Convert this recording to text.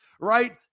right